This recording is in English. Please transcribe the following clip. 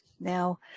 Now